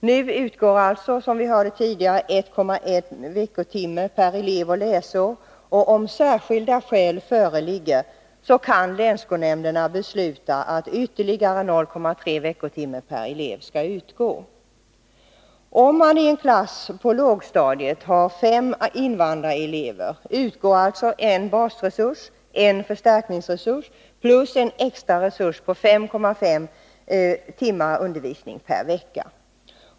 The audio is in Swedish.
Nu utgår — som vi hörde tidigare — en resurs på 1,1 veckotimme per elev och läsår. Om särskilda skäl föreligger kan länsskolnämnden besluta om ytterligare 0,3 veckotimmar per elev. Om man i en klass på lågstadiet har fem invandrarelever utgår alltså en basresurs, en förstärkningsresurs och en extra resurs på 5,5 timmars undervisning per vecka.